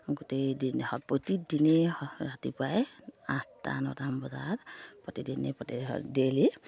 গোটেই দিন হ প্ৰতিদিনেই ৰাতিপুৱাই আঠটা নটামান বজাত প্ৰতিদিনে প্ৰতি ডেইলি